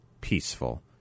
peaceful